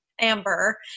Amber